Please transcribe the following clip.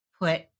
put